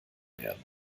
werden